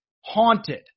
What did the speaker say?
haunted